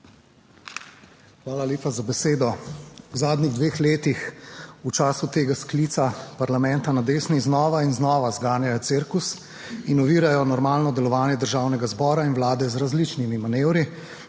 Hvala lepa za besedo. V zadnjih dveh letih v času tega sklica parlamenta na desni znova in znova zganjajo cirkus in ovirajo normalno delovanje Državnega zbora in Vlade z različnimi manevri,